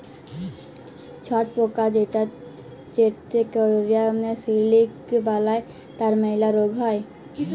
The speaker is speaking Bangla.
ছট পকা যেটতে ক্যরে সিলিক বালাই তার ম্যালা রগ হ্যয়